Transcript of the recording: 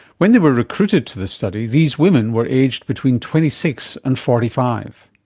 when they were recruited to the study these women were aged between twenty six and forty five.